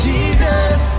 Jesus